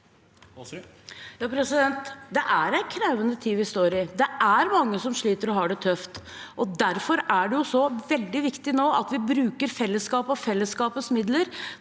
Det er en krevende tid vi står i. Det er mange som sliter og har det tøft. Derfor er det så veldig viktig nå at vi bruker fellesskapet og fellesskapets midler